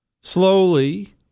slowly